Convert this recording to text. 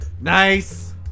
Nice